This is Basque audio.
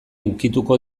ukituko